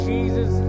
Jesus